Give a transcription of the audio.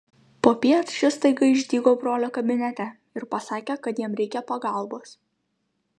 popiet šis staiga išdygo brolio kabinete ir pasakė kad jam reikia pagalbos